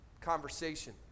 conversation